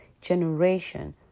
generation